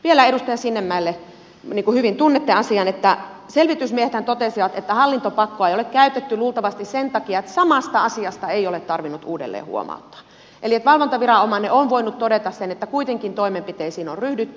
vielä edustaja sinnemäelle niin kuin hyvin tunnette asian selvitysmiehethän totesivat että hallintopakkoa ei ole käytetty luultavasti sen takia että samasta asiasta ei ole tarvinnut uudelleen huomauttaa eli valvontaviranomainen on voinut todeta sen että kuitenkin toimenpiteisiin on ryhdytty